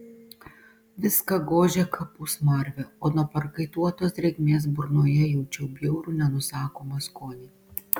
viską gožė kapų smarvė o nuo prakaituotos drėgmės burnoje jaučiau bjaurų nenusakomą skonį